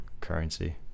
currency